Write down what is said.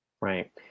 Right